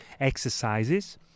exercises